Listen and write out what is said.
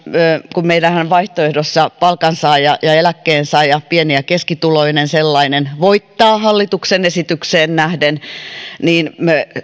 kun meillähän on vaihtoehdossa palkansaaja ja eläkkeensaaja pieni ja keskituloinen sellainen joka voittaa hallituksen esitykseen nähden